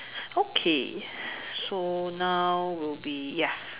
okay so now will be ya